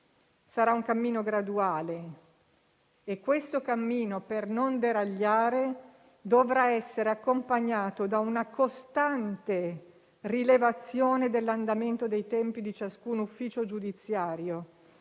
Sarà un cammino graduale, che, per non deragliare, dovrà essere accompagnato da una costante rilevazione dell'andamento dei tempi di ciascun ufficio giudiziario,